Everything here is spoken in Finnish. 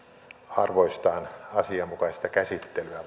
arvoistaan asianmukaista käsittelyä